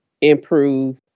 improve